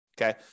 Okay